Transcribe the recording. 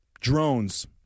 Drones